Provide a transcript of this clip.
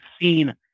seen